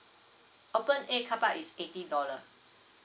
open air car park is eighty dollar